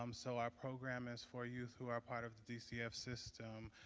um so our program is for youth who are part of the dcf system,